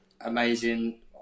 amazing